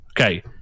Okay